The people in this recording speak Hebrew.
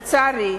לצערי,